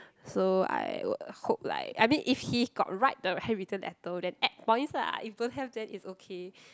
so I would hope like I mean if he got write the handwritten letter then add points lah if don't have then it's okay